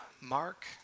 Mark